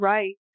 Right